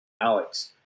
Alex